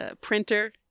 printer